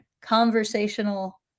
conversational